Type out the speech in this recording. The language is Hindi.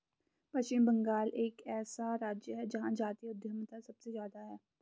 पश्चिम बंगाल एक ऐसा राज्य है जहां जातीय उद्यमिता सबसे ज्यादा हैं